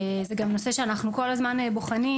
זה גם נושא שאנחנו כל הזמן בוחנים,